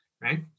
right